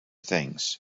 things